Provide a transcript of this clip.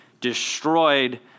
destroyed